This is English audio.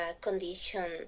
condition